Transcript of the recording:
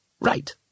Right